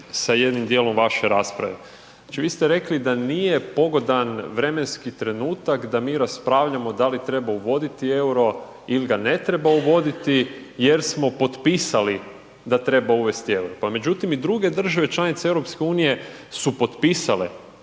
sa jednim dijelom vaše rasprave, znači vi ste rekli da nije pogodan vremenski trenutak da mi raspravljamo da li treba uvoditi EUR-o il ga ne treba uvoditi jer smo potpisali da treba uvesti EUR-o, pa međutim i druge države članice EU su potpisale